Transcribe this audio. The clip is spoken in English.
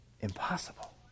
impossible